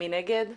מי נגד?